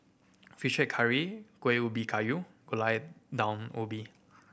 Fish Head Curry Kueh Ubi Kayu Gulai Daun Ubi